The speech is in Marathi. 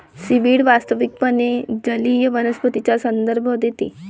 सीव्हीड वास्तविकपणे जलीय वनस्पतींचा संदर्भ देते